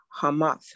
Hamath